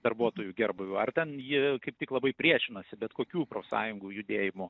darbuotojų gerbūviu ar ten ji kaip tik labai priešinosi bet kokių profsąjungų judėjimų